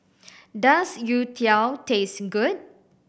does youtiao taste good